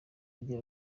agira